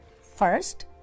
First